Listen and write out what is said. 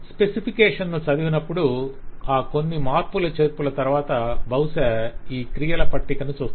specification ను చదివినప్పుడు ఆ కొన్ని మార్పులుచేర్పుల తరవాత బహుశ ఈ క్రియల పట్టికను చూస్తారు